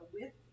width